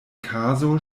kaso